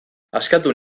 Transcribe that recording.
askatu